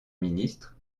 ministre